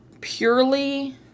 purely